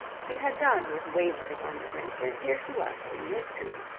she had done with wavering on the brink, and here she was, in mid-stream,